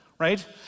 right